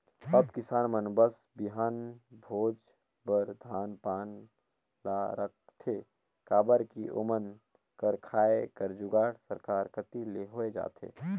अब किसान मन बस बीहन भोज बर धान पान ल राखथे काबर कि ओमन कर खाए कर जुगाड़ सरकार कती ले होए जाथे